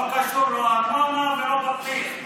לא קשור לא ארנונה ולא בטיח,